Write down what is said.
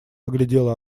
оглядела